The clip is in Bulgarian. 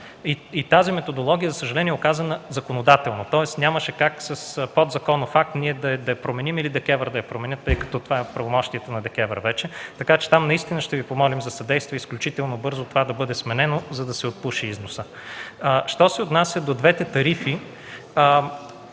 Тази методология за съжаление е указана законодателно, тоест нямаше как с подзаконов акт ние да я променим или ДКЕВР да я промени, тъй като това е вече в правомощията на ДКЕВР, така че там наистина ще Ви помолим за съдействие изключително бързо това да бъде сменено, за да се отпуши износът. Що се отнася до двете тарифи